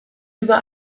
über